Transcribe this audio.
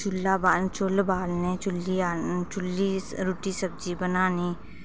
चुल्ला बालने चुल्ल बालने चुल्ली च रूट्टी सब्जी बना